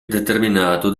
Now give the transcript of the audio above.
determinato